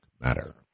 Matter